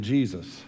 Jesus